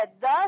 thus